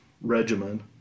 regimen